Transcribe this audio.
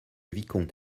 vicomte